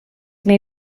may